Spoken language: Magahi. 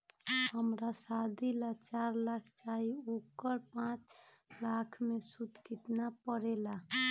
हमरा शादी ला चार लाख चाहि उकर पाँच साल मे सूद कितना परेला?